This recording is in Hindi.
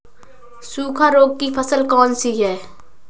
सूखा रोग की फसल कौन सी है?